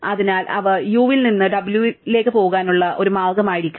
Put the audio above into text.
അതിനാൽ അവ u ൽ നിന്ന് w ലേക്ക് പോകാനുള്ള ഒരു മാർഗമായിരിക്കണം